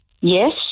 Yes